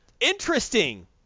interesting